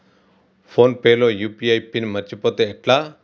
Phone pay లో UPI pin మరచిపోతే ఎట్లా?